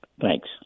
thanks